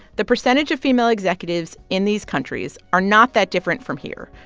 the percentage of female executives in these countries are not that different from here,